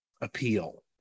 appeal